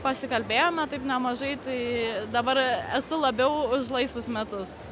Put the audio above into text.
pasikalbėjome taip nemažai tai dabar esu labiau už laisvus metus